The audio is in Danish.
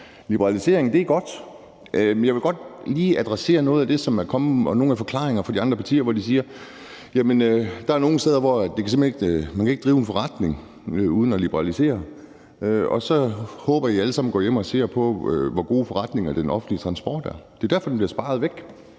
liberalisering er godt. Men jeg vil godt lige adressere noget af det, som er kommet, og nogle af forklaringerne fra andre partier, hvor de siger: Jamen der er nogle steder, hvor man simpelt hen ikke kan drive en forretning uden at liberalisere. Og så håber jeg, I alle sammen går hjem og ser på, hvor god en forretning den offentlige transport er. Det er derfor, den bliver sparet væk.